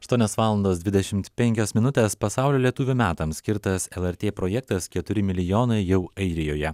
aštuonios valandos dvidešimt penkios minutės pasaulio lietuvių metams skirtas lrt projektas keturi milijonai jau airijoje